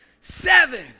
Seven